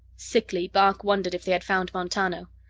sickly, bart wondered if they had found montano.